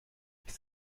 ist